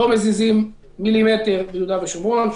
לא מזיזים מילימטר ביהודה ושומרון.